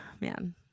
Man